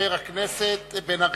חבר הכנסת בן-ארי.